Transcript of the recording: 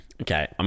Okay